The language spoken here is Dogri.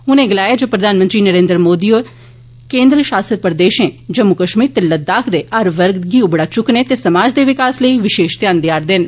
उनें गलाया जे प्रधानमंत्री नरेन्द्र मोदी होर केन्द्र शासित प्रदेशें जम्मू कश्मीर ते लद्दाख दे हर वर्ग गी उबड़ा चुक्कने ते समाज दे विकास लेई विशेष ध्यान देआ'रदे न